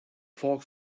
folks